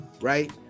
right